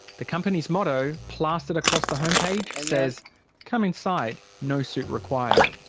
the company's motto, plastered across the home page, says come inside, no suit required'.